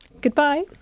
Goodbye